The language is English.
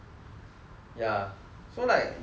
ya so like if you ask me